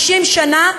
50 שנה,